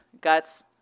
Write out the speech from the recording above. Guts